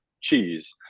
Cheese